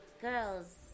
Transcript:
girls